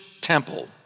temple